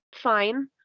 fine